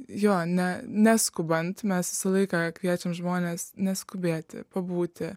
jo ne neskubant mes visą laiką kviečiam žmones neskubėti pabūti